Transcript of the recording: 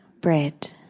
bread